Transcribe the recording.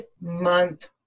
Month